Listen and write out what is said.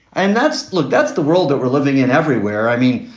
and that's look that's the world that we're living in everywhere. i mean,